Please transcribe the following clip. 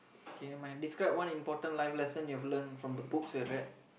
K never mind describe one important life lesson you have learnt from the books you read